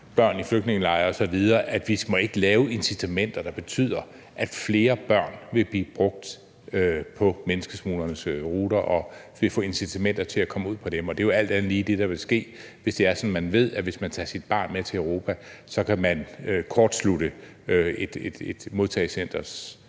børn i flygtningelejre osv. Vi må ikke lave incitamenter, der betyder, at flere børn vil blive brugt på menneskesmuglernes ruter, og at der vil blive incitamenter til at få børn ud på dem. Det er jo alt andet lige det, der vil ske, hvis man ved, at hvis man tager sit barn med til Europa, kan man kortslutte den